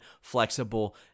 flexible